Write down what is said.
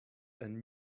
and